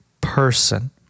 person